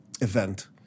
event